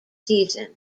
season